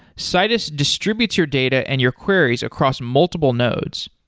citus distributes your data and your queries across multiple nodes.